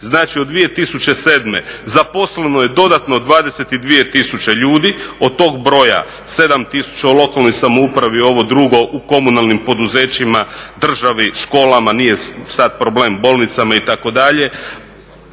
znači od 2007. zaposleno je dodatno 22000 ljude. Od tog broja 7000 u lokalnoj samoupravi, ovo drugo u komunalnim poduzećima, državi, školama, nije sad problem, bolnicama itd.